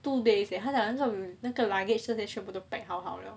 two days eh 他讲那种那个 luggage 这些全部都 pack 好好 liao